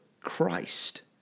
Christ